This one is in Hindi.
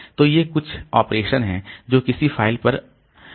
तो ये कुछ ऑपरेशन हैं जो किसी फ़ाइल पर अनुमत हैं